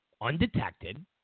undetected